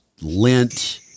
lint